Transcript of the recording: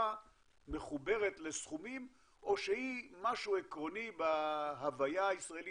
ומחוברת לסכומים או שהיא משהו עקרוני בהוויה הישראלית,